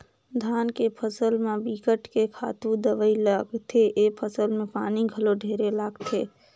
धान के फसल म बिकट के खातू दवई लागथे, ए फसल में पानी घलो ढेरे लागथे